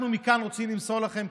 אנחנו מכאן רוצים למסור לכם,